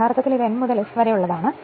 യഥാർത്ഥത്തിൽ ഇത് N മുതൽ S വരെയുള്ളതാണ്